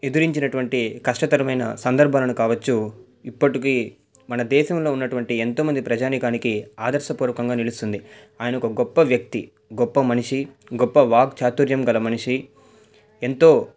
ఎదిరించినటువంటి కష్టతరమైన సందర్భాలను కావచ్చు ఇప్పటికీ మన దేశంలో ఉన్నటువంటి ఎంతో మంది ప్రజానీకానికి ఆదర్శపూర్వకంగా నిలుస్తుంది ఆయన ఒక గొప్ప వ్యక్తి గొప్ప మనిషి గొప్ప వాక్చాతుర్యం గల మనిషి ఎంతో